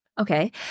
Okay